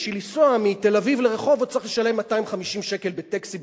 בשביל לנסוע מתל-אביב לרחובות צריך לשלם 250 שקל לטקסי,